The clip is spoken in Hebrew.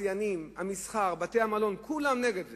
התעשיינים, המסחר, בתי-המלון, כולם נגד זה.